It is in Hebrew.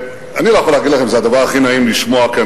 אני לא יכול להגיד לכם שזה הדבר הכי נעים לשמוע כאן,